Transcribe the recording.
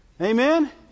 Amen